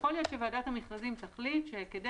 יכול להיות שוועדת המכרזים תחליט שכדי